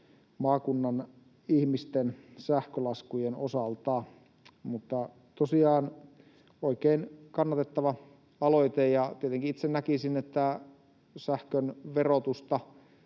maakunnan ihmisten sähkölaskujen osalta. Mutta tosiaan tämä on oikein kannatettava aloite, ja tietenkin itse näkisin, että sähkön verotusta